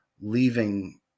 leaving